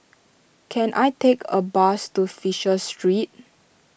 can I take a bus to Fisher Street